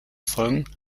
folgen